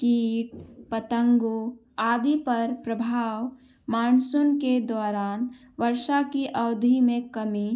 कीट पतंगों आदि पर प्रभाव मानसून के दौरान वर्षा की अवधि में कमी